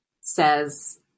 says